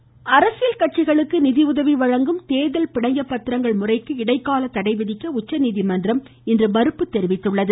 உச்சநீதிமன்றம் அரசியல் கட்சிகளுக்கு நிதி உதவி வழங்கும் தேர்தல் பிணைய பத்திரங்கள் முறைக்கு இடைக்கால தடை விதிக்க உச்சநீதிமன்றம் இன்று மறுப்பு தெரிவித்துள்ளது